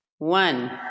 One